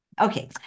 Okay